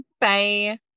bye